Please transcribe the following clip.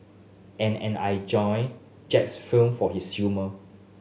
and and I enjoy Jack's film for his humour